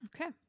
Okay